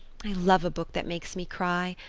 i love a book that makes me cry.